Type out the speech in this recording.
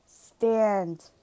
stand